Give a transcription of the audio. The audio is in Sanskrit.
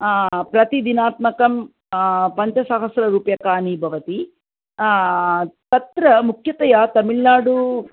प्रतिदिनात्मकं पञ्चसहस्ररूप्यकाणि भवन्ति तत्र मुख्यतया तमिळ्नाडु